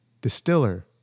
distiller